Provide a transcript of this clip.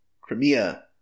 Crimea